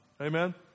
amen